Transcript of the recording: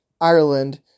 Ireland